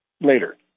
later